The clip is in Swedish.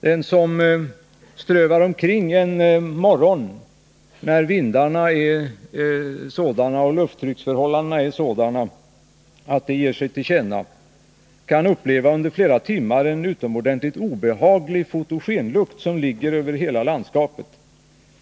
Den som strövar omkring Bromma en morgon när vindarna och lufttrycksförhållandena är sådana att det ger sig till känna kan under flera timmar uppleva en utomordentligt obehaglig fotogenlukt som ligger över landskapet.